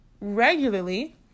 regularly